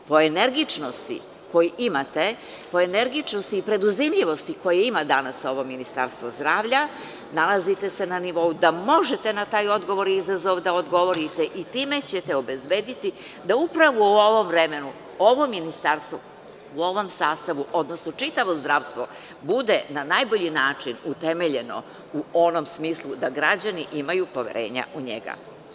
Po energičnosti koju imate, po energičnosti i preduzmljivosti koju ima danas ovo Ministarstvo zdravlja nalazite se na nivou da možete na taj odgovor i izazov da odgovorite i time ćete obezbediti da upravo u ovom vremenu, ovo Ministarstvo u ovom sastavu, odnosno čitavo zdravstvo bude na najbolji način utemeljeno u onom smislu da građani imaju poverenja u njega.